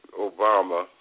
Obama –